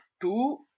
two